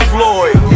Floyd